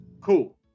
cool